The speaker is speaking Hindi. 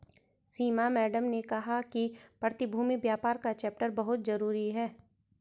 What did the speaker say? सीमा मैडम ने कहा कि प्रतिभूति व्यापार का चैप्टर बहुत जरूरी है